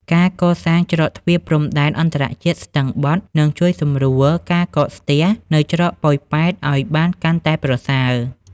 ការសាងសង់ច្រកទ្វារព្រំដែនអន្តរជាតិស្ទឹងបត់ នឹងជួយសម្រួលការកកស្ទះនៅច្រកប៉ោយប៉ែតឱ្យបានកាន់តែប្រសើរ។